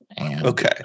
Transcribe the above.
Okay